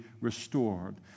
restored